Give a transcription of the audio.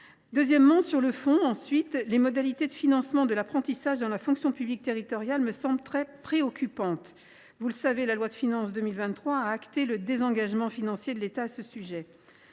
conviendrez. Sur le fond, ensuite, les modalités de financement de l’apprentissage dans la fonction publique territoriale me semblent très préoccupantes. Vous le savez, la loi de finances pour 2023 a acté le désengagement financier de l’État à ce sujet.